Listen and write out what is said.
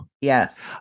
Yes